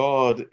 God